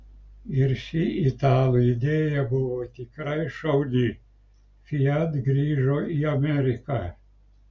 ir ši italų idėja buvo tikrai šauni fiat grįžo į ameriką